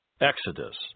Exodus